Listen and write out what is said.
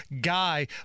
guy